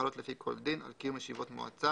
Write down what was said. החלות לפי כל דין על קיום ישיבות מועצה,